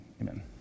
Amen